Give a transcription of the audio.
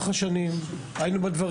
לאחר שסירב חטף אגרופים לפני לפנים,